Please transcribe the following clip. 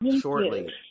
shortly